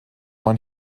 man